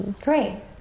Great